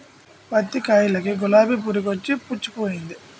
పత్తి కాయలకి గులాబి పురుగొచ్చి పుచ్చిపోయింది